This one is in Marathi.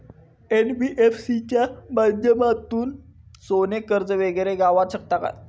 एन.बी.एफ.सी च्या माध्यमातून सोने कर्ज वगैरे गावात शकता काय?